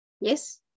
Yes